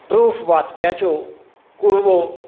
proof वाचप्याच्यो कुरवो